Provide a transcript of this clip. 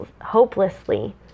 hopelessly